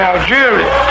Algeria